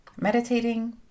meditating